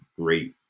great